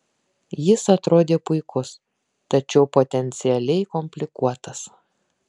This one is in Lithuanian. jis atrodė puikus tačiau potencialiai komplikuotas